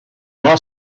law